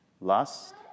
lust